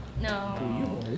no